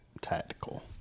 Tactical